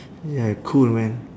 ya cool man